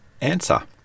answer